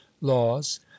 laws